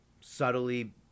subtly